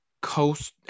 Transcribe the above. coast –